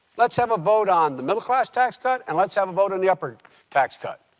let's have a vote on the middle-class tax cut, and let's have a vote on the upper tax cut.